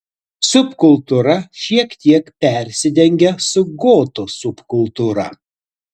subkultūra šiek tiek persidengia su gotų subkultūra